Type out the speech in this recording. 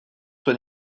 soit